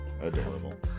Adorable